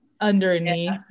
underneath